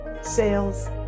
sales